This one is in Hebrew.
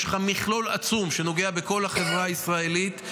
יש לך מכלול עצום שנוגע בכל החברה הישראלית.